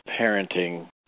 parenting